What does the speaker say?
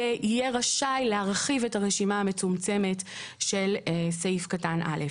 יהיה רשאי להרחיב את הרשימה המצומצמת של סעיף קטן (א).